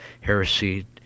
heresy